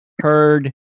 heard